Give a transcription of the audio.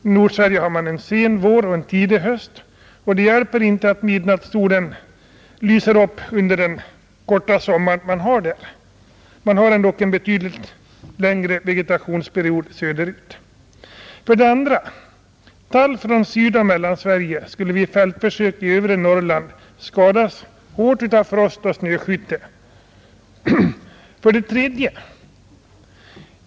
I Nordsverige har man en sen vår och en tidig höst, och det hjälper inte att midnattssolen lyser under den korta sommar man har där. Man har ändock söderut en betydligt längre vegetationsperiod, 3.